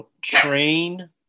train